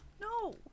No